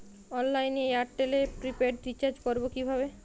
অনলাইনে এয়ারটেলে prepaid recharge করবো কিভাবে?